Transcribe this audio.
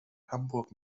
hamburg